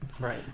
Right